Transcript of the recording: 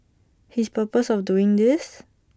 his purpose of doing this